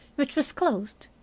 which was closed,